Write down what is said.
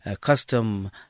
custom